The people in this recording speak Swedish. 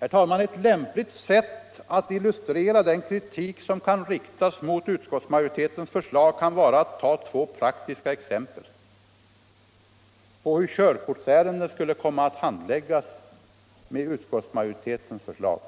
Herr talman! Ett lämpligt sätt att illustrera den kritik som kan riktas mot utskottsmajoritetens förslag är att ta praktiska exempel på hur körkortsärenden skulle komma att handläggas med utskottsmajoritetens förslag.